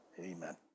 Amen